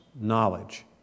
knowledge